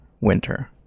winter